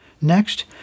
Next